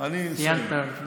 סיימת.